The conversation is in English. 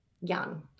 young